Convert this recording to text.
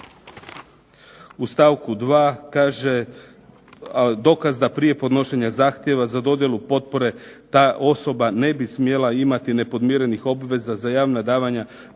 u stavku 2. kaže "Dokaz da prije podnošenja zahtjeva za dodjelu potpore ta osoba ne bi smjela imati nepodmirenih obveza za javna davanja prema